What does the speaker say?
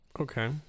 okay